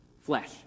flesh